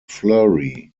fleury